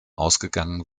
ausgegangen